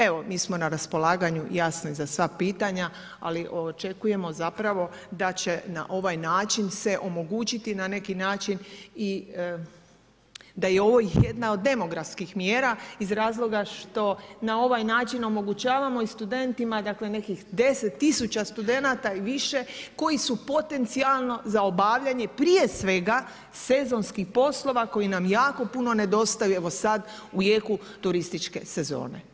Evo, mi smo na raspolaganju za sva pitanja, ali očekujemo zapravo da će na ovaj način se omogućiti na neki način i da je ovo jedna od demografskih mjera, iz razloga što na ovaj način omogućavamo i studentima dakle nekih 10000 studenata i više koji su potencijalno za obavljanje prije svega sezonskih poslova, koji nam jako puno nedostaju, evo sada u jeku turističke sezone.